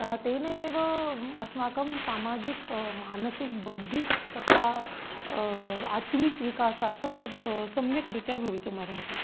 तेन एव अस्माकं सामाजिकं मानसिकं बौद्धिकं तथा आत्मिकविकासार्थं तत् सम्यक्रीत्या भवितुम् अर्हति